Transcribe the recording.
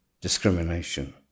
discrimination